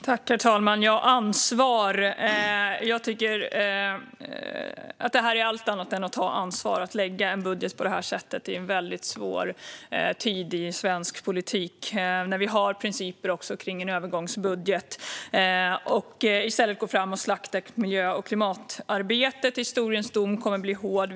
Herr talman! Det är allt annat än att ta ansvar att lägga fram en budget på detta sätt i en svår tid i svensk politik och när vi har principer för en övergångsbudget. Nu går ni fram och slaktar miljö och klimatarbetet, och historiens dom kommer att bli hård.